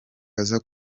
aza